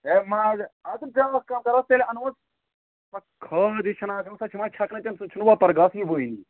ہے ماز اَدٕ بیٛاکھ کانٛہہ کرو تیٚلہِ اَنہوس پتہٕ کھاد یہِ چھِ آسان سۄ چھِ یِوان چھکنہٕ تَمہِ سۭتۍ چھُنہٕ وۅپَر گاسہٕ یِوانٕے